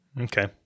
Okay